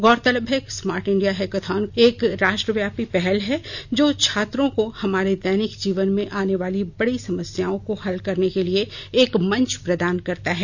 गौरतलब है कि स्मार्ट इंडिया हैकाथॉन एक राष्ट्रव्यापी पहल है जो छात्रों को हमारे दैनिक जीवन में आने वाली बडी समस्याओं को हल करने के लिए एक मंच प्रदान करता है